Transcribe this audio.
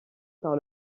par